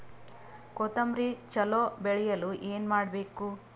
ಕೊತೊಂಬ್ರಿ ಚಲೋ ಬೆಳೆಯಲು ಏನ್ ಮಾಡ್ಬೇಕು?